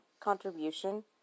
contribution